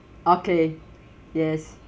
okay yes